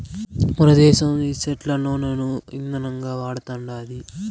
మనదేశం ఈ సెట్ల నూనను ఇందనంగా వాడతండాది